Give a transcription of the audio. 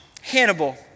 Hannibal